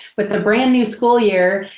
with a brand new school year,